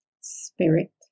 spirit